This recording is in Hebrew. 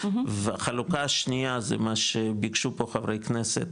והחלוקה השנייה זה מה שביקשו פה חברי כנסת,